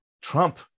Trump